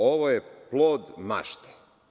Ovo je plod mašte.